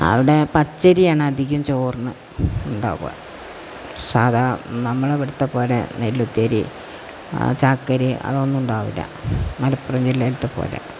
അവിടെ പച്ചരിയാണ് അധികം ചോറിന് ഉണ്ടാവുക സാധാ നമ്മളിവിടത്തെ പോലെ നെല്ലുത്തരി ചാക്കരി അതൊന്നുമുണ്ടാവില്ല മലപ്പുറം ജില്ലയിലേത്തേതുപോലെ